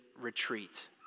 retreat